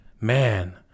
man